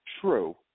True